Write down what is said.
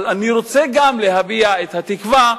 אבל אני רוצה גם להביע את התקווה,